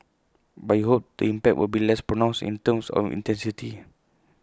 but we hope the impact will be less pronounced in terms of intensity